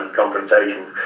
confrontations